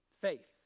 Faith